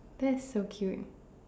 that is so cute